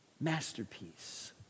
masterpiece